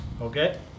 Okay